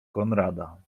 konrada